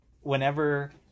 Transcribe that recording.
whenever